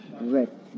Red